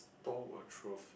stole a trophy